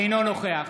אינו נוכח